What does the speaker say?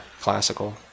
classical